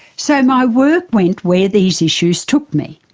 so my work went where these issues took me.